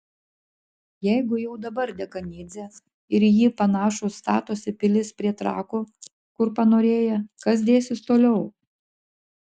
jeigu jau dabar dekanidzė ir į jį panašūs statosi pilis prie trakų kur panorėję kas dėsis toliau